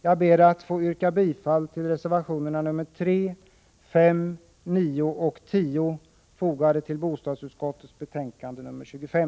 Jag ber att få yrka bifall till reservationerna nr 3, 5, 9 och 10 som fogats till bostadsutskottets betänkande nr 25.